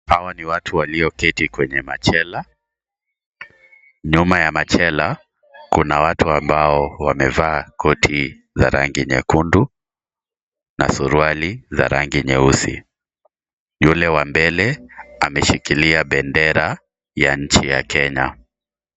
Hawa ni watu walioketi kwenye machela. Nyuma ya machela kuna watu amao wamevaa koti za rangi nyekundu na suruali za rangi nyeusi. Yule aliye mbele ameshikilia bendera ya nchi ya Kenya.